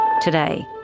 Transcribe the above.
Today